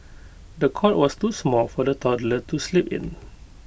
the cot was too small for the toddler to sleep in